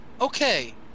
Okay